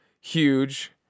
huge